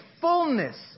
fullness